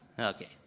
Okay